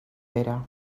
pere